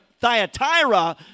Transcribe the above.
Thyatira